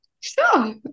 sure